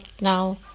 now